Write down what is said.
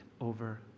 over